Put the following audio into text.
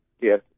Yes